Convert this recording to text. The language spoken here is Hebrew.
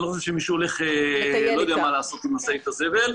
אני לא חושב שמישהו הולך לא יודע מה לעשות עם משאית הזבל,